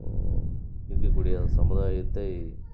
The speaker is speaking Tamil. இருக்கக்கூடிய சமுதாயத்தை